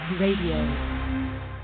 Radio